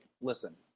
listen